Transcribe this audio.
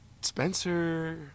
Spencer